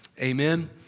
amen